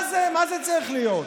מה זה צריך להיות?